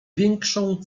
większą